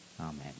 amen